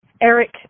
Eric